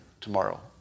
tomorrow